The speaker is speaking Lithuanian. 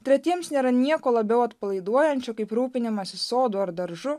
tretiems nėra nieko labiau atpalaiduojančio kaip rūpinimasis sodu ar daržu